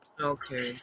Okay